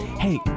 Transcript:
Hey